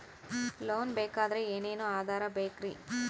Loan ಬೇಕಾದ್ರೆ ಏನೇನು ಆಧಾರ ಬೇಕರಿ?